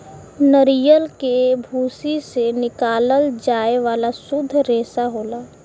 नरियल के भूसी से निकालल जाये वाला सुद्ध रेसा होला